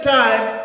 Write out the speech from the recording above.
time